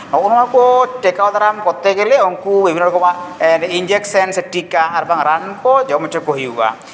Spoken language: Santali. ᱱᱚᱜᱼᱚ ᱱᱚᱣᱟ ᱠᱚ ᱴᱮᱠᱟᱣ ᱫᱟᱨᱟᱢ ᱠᱚᱨᱛᱮ ᱜᱮᱞᱮ ᱩᱱᱠᱩ ᱵᱤᱵᱷᱤᱱᱱᱚ ᱨᱚᱠᱚᱢᱟᱜ ᱤᱧᱡᱮᱠᱥᱮᱱ ᱥᱮ ᱴᱤᱠᱟ ᱟᱨ ᱵᱟᱝ ᱨᱟᱱ ᱠᱚ ᱡᱚᱢ ᱦᱚᱪᱚ ᱠᱚ ᱦᱩᱭᱩᱜᱼᱟ